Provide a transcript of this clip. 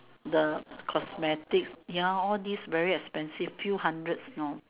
the cosmetic ya all this very expensive few hundreds you know